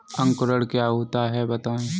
अंकुरण क्या होता है बताएँ?